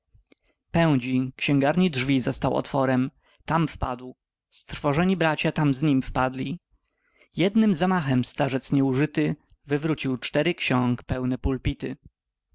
pędzi xięgarni drzwi zastał otworem tam wpadł strwożone braty za nim wpadły jednym zamachem starzec nieużyty wywrócił cztery xiąg pełne pulpity